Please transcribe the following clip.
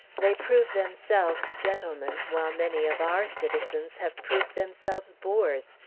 they prove themselves gentlemen, while many of our citizens have proved themselves boors,